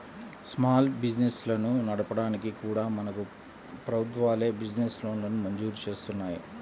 small బిజినెస్లను నడపడానికి కూడా మనకు ప్రభుత్వాలే బిజినెస్ లోన్లను మంజూరు జేత్తన్నాయి